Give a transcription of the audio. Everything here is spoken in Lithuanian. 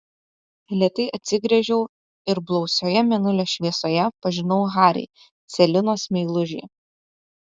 lėtai atsigręžiau ir blausioje mėnulio šviesoje pažinau harį celinos meilužį